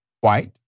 White